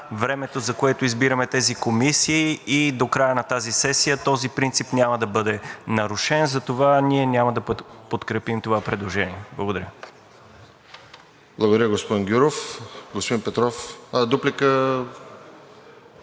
времето, за което избираме тези комисии и до края на тази сесия този принцип няма да бъде нарушен. Затова ние няма да подкрепим това предложение. Благодаря.